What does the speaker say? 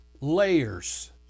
layers